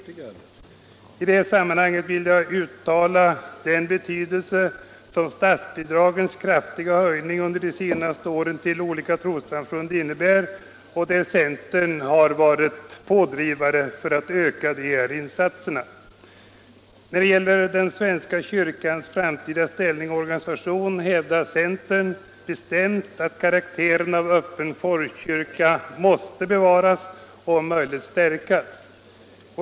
Onsdagen den I detta sammanhang vill jag uttala den betydelse som statsbidragens 19 november 1975 kraftiga höjning till trossamfunden under senare år innebär, där centern varit pådrivande för att öka dessa insatser. Förhållandet När det gäller den svenska kyrkans framtida ställning och organisation — mellan stat och hävdar centern bestämt att karaktären av öppen folkkyrka måste bevaras — kyrka m.m. och om möjligt stärkas.